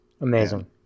amazing